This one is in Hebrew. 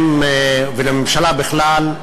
ולממשלה בכלל,